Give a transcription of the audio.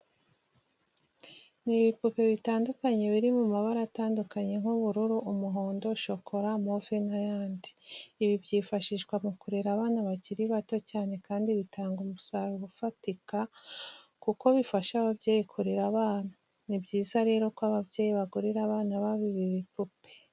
Ni ibipupe bitandukanye biri mu mabara atandukanye nk'ubururu, umuhondo, shokora, move n'ayandi. Ibi byifashishwa mu kurera abana bakiri bato cyane kandi bitanga umusaruro ufatika kuko bifasha babyeyi kurere abana, ni byiza rero ko abayeyi bagurira abana babo ibi bipupe.